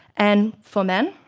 and for men,